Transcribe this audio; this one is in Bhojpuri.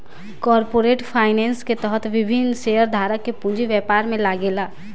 कॉरपोरेट फाइनेंस के तहत विभिन्न शेयरधारक के पूंजी व्यापार में लागेला